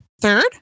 third